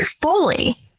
fully